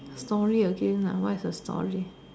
story again lah what is the story